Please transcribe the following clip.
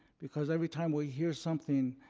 because every time we hear something,